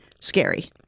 Scary